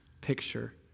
picture